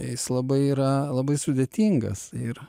jis labai yra labai sudėtingas ir